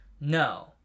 no